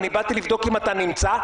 באתי לבדוק אם אתה נמצא?